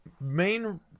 main